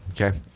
Okay